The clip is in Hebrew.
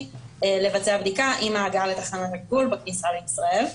לא היה צריך לעשות בדיקה בכניסה לישראל.